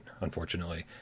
unfortunately